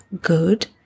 good